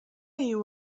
you